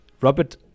robert